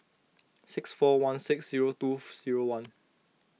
six four one six zero two zeroone